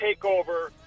takeover